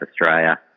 Australia